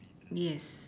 yes